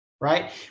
right